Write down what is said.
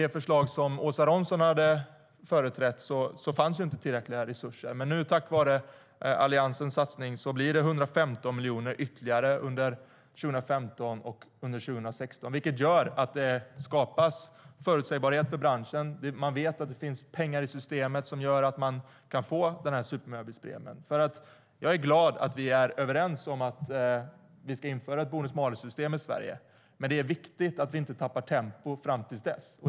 I det förslag som Åsa Romson företrädde fanns inte tillräckliga resurser, men tack vare Alliansens satsning blir det ytterligare 115 miljoner under 2015 och 2016. Det gör att de skapas förutsägbarhet för branschen. Man vet att det finns pengar i systemet, vilket gör att man kan få supermiljöbilspremien. Jag är glad över att vi är överens om att införa ett bonus-malus-system i Sverige, men det är viktigt att vi inte tappar tempo fram till dess.